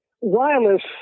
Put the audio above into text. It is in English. wireless